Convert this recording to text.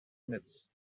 emits